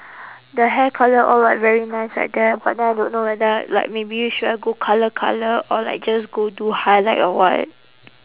the hair colour all like very nice like that but then I don't know whether like maybe should I go colour colour or like just go do highlight or what